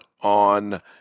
on